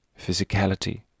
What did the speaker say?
physicality